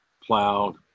plowed